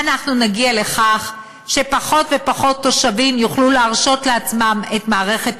אנחנו נגיע לכך שפחות ופחות תושבים יוכלו להרשות לעצמם להשתמש במערכת